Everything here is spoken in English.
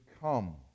come